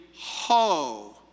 Ho